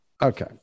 okay